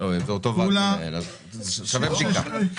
לעמותה 64 ותגיד מאלו משרדי ממשלה העמותה הזו קיבלה תמיכה בשנה הקודמת.